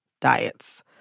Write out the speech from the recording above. diets